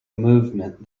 movement